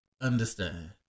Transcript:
understand